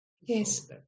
yes